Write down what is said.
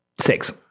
Six